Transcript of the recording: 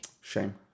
shame